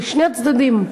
לשני הצדדים.